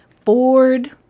Ford